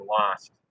lost